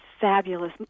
fabulous